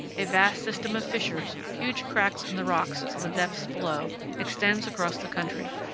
a vast system of fissures huge cracks in the rocks to the depths below extends across the country.